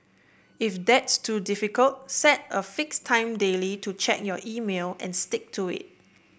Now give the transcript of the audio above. if that's too difficult set a fixed time daily to check your email and stick to it